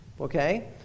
Okay